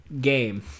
game